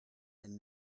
and